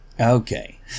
Okay